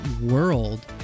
world